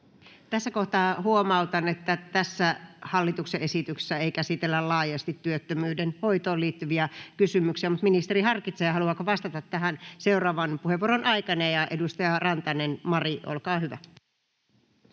Tässä kohtaa huomautan, että tässä hallituksen esityksessä ei käsitellä laajasti työttömyyden hoitoon liittyviä kysymyksiä, mutta ministeri harkitsee seuraavan puheenvuoron aikana, haluaako vastata tähän. — Edustaja Rantanen, Mari, olkaa hyvä.